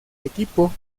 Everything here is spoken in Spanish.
equipo